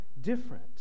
different